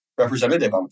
representative